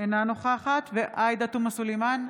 אינה נוכחת עאידה תומא סלימאן,